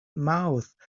mouths